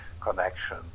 connection